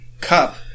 cup